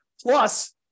Plus